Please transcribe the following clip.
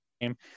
game